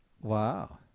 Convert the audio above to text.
Wow